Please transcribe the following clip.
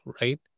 right